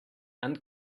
and